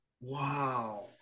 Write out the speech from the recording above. Wow